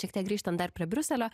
šiek tiek grįžtant dar prie briuselio